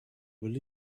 will